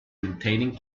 maintaining